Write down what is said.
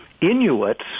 Inuits